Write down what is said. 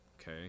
okay